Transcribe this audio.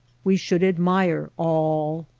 we should admire all.